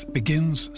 begins